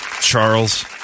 Charles